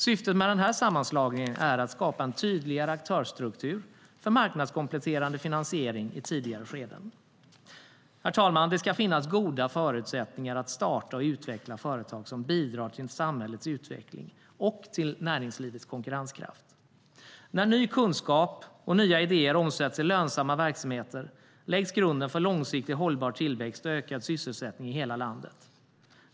Syftet med sammanslagningen är att skapa en tydligare aktörsstruktur för marknadskompletterande finansiering i tidigare skeden. Herr talman! Det ska finnas goda förutsättningar att starta och utveckla företag som bidrar till samhällets utveckling och till näringslivets konkurrenskraft. När ny kunskap och nya idéer omsätts i lönsamma verksamheter läggs grunden för en långsiktigt hållbar tillväxt och ökad sysselsättning i hela landet.